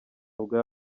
bwa